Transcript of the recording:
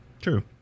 true